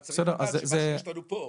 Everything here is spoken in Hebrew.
אבל צריך לדעת שמה שיש לנו פה.